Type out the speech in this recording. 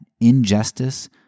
injustice